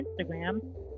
Instagram